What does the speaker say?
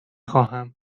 خواهم